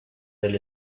del